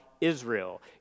Israel